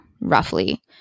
roughly